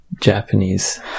Japanese